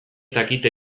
dakite